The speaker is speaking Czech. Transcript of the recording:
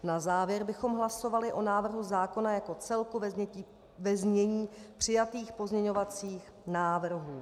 Na závěr bychom hlasovali o návrhu zákona jako celku ve znění přijatých pozměňovacích návrhů.